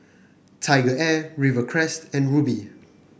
TigerAir Rivercrest and Rubi